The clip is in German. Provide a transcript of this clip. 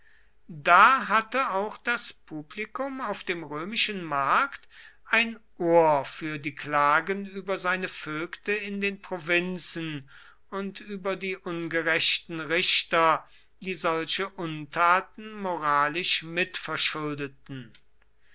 da hatte auch das publikum auf dem römischen markte ein ohr für die klagen über seine vögte in den provinzen und über die ungerechten richter die solche untaten moralisch mitverschuldeten